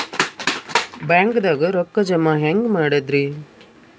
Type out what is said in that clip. ಬ್ಯಾಂಕ್ದಾಗ ರೊಕ್ಕ ಜಮ ಹೆಂಗ್ ಮಾಡದ್ರಿ?